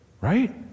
Right